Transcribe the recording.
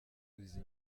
izi